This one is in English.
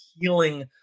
healing